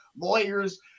lawyers